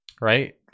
right